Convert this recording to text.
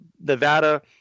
Nevada